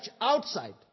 outside